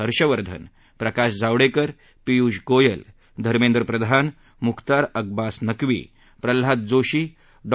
Harshvardhan Prakash Javadekar Piyush Goyal Dharmendra Pradhan Mukhtar Abbas Naqvi Pralhad Joshi Dr